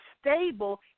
stable